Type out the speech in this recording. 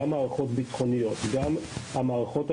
גם מערכות ביטחוניות,